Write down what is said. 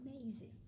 Amazing